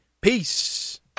Peace